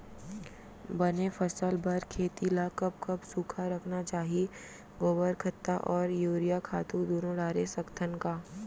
बने फसल बर खेती ल कब कब सूखा रखना चाही, गोबर खत्ता और यूरिया खातू दूनो डारे सकथन का?